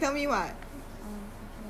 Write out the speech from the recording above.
why eh he cheated meh